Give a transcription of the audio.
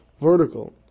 vertical